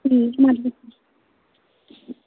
ᱦᱩᱸ ᱦᱩᱸ